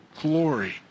glory